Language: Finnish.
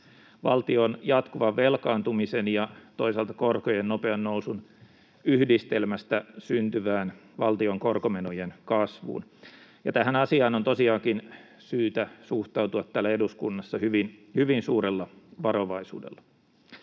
valtion jatkuvan velkaantumisen ja toisaalta korkojen nopean nousun yhdistelmästä syntyvään valtion korkomenojen kasvuun, ja tähän asiaan on tosiaankin syytä suhtautua täällä eduskunnassa hyvin suurella varovaisuudella.